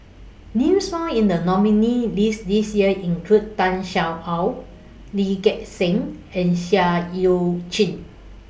Names found in The nominees' list This Year include Tan Sin Aun Lee Gek Seng and Seah EU Chin